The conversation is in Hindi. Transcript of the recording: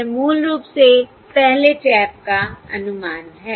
यह मूल रूप से पहले टैप का अनुमान है